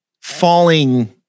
falling